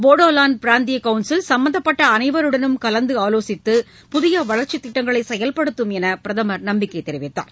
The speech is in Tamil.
போடோலாந் பிராந்திய கவுன்சில் சம்பந்தப்பட்ட அனைவருடனும் கலந்து ஆலோசித்து புதிய வளர்ச்சித் திட்டங்களை செயல்படுத்தும் என்று பிரதமர் நம்பிக்கை தெரிவித்தார்